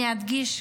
אני אדגיש,